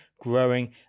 growing